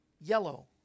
Yellow